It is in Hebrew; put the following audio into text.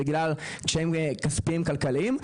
בגלל קשיים כספיים וכלכליים.